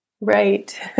right